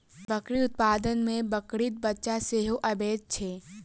बकरी उत्पाद मे बकरीक बच्चा सेहो अबैत छै